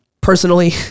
personally